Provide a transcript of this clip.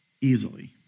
easily